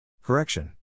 Correction